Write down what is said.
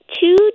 two